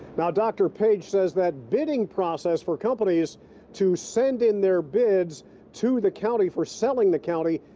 now doctor paige says that bidding process for companies to send in their bids to the county for selling the county.